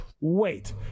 wait